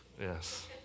Yes